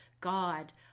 God